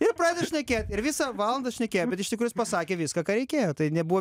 ir pradeda šnekėt ir visą valandą šnekėjo bet iš tikrųjų jis pasakė viską ką reikėjo tai nebuvo